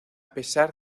pesar